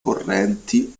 correnti